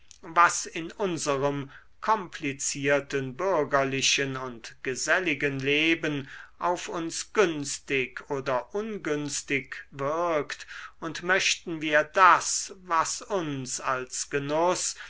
was in unserem komplizierten bürgerlichen und geselligen leben auf uns günstig oder ungünstig wirkt und möchten wir das was uns als genuß